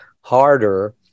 harder